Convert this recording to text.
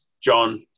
John